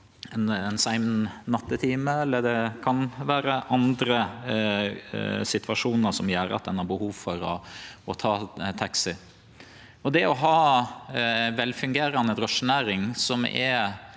ein sein nattetime, eller det kan vere andre situasjonar som gjer at ein har behov for å ta taxi. Det å ha ei velfungerande drosjenæring som er